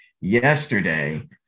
yesterday